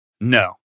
No